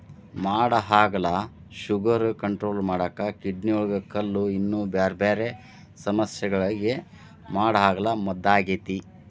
ಮಾಡಹಾಗಲ sugar control ಮಾಡಾಕ, ಕಿಡ್ನಿಯೊಳಗ ಕಲ್ಲು, ಇನ್ನೂ ಬ್ಯಾರ್ಬ್ಯಾರೇ ಸಮಸ್ಯಗಳಿಗೆ ಮಾಡಹಾಗಲ ಮದ್ದಾಗೇತಿ